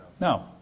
No